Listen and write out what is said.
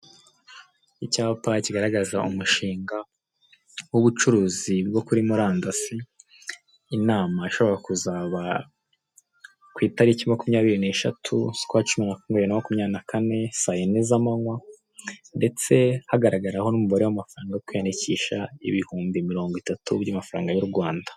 Icyapa kigaragaza umushinga w'ubucuruzi bwo kuri Murandasi, inama ishobora kuzaba ku itariki makumyabiri n'eshatu z'ukwa cumi na kumwe bibiri na makumyabiri na kane, saa yine z'amanywa, ndetse hagaragaho n'umubare w'amafaranga yo kwiyandikisha ibihumbi mirongo itatu by'amafaranga y'u Rwanda.